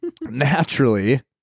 naturally